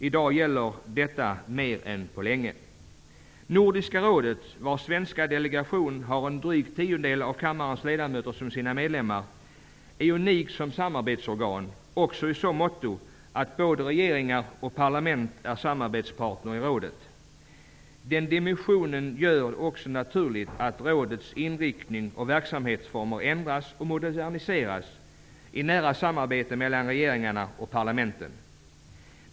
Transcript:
I dag gäller detta mer än på länge. Nordiska rådet, vars svenska delegation har drygt en tiondel av kammarens ledamöter som sina medlemmar, är unikt som samarbetsorgan, också i så måtto att både regeringar och parlament är samarbetspartner i rådet. Den dimensionen gör det också naturligt att rådets inriktning och verksamhetsformer ändras och moderniseras i nära samarbete mellan regeringarna och parlamenten.